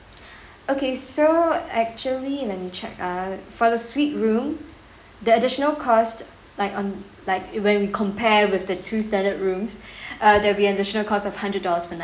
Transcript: okay so actually let me check ah for the suite room the additional cost like on like it when we compare with the two standard rooms uh there'll be additional cost of hundred dollars per night